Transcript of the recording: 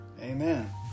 amen